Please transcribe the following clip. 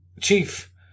Chief